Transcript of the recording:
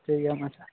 ᱴᱷᱤᱠ ᱜᱮᱭᱟ ᱢᱟ ᱟᱪᱪᱷᱟ